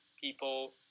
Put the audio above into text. people